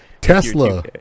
tesla